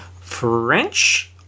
French